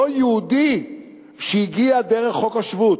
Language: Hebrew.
לא-יהודי שהגיע דרך חוק השבות,